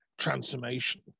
Transformation